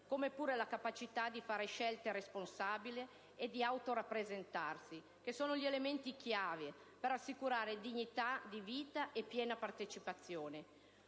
come pure la capacità di fare scelte responsabili e di autorappresentarsi, elementi chiave per assicurare dignità di vita e piena partecipazione.